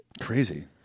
Crazy